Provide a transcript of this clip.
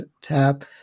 Tap